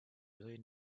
really